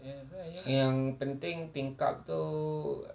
yang penting tingkap itu